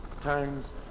times